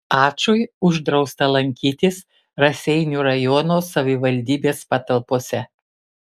ačui uždrausta lankytis raseinių rajono savivaldybės patalpose